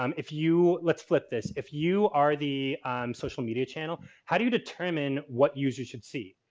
um if you, let's flip this, if you are the social media channel, how do you determine what users should see?